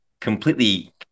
completely